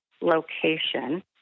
location